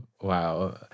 Wow